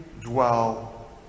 dwell